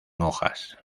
hojas